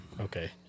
Okay